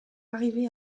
arriver